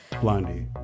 Blondie